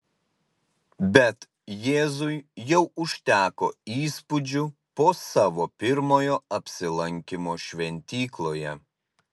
bet jėzui jau užteko įspūdžių po savo pirmojo apsilankymo šventykloje